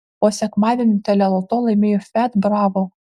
o sekmadienį teleloto laimėjo fiat bravo